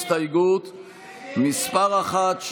הסתייגות מס' 1,